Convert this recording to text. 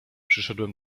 przyszedłem